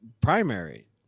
primary